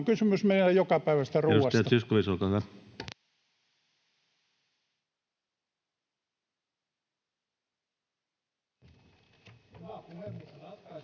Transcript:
kysymys meidän jokapäiväisestä ruoasta.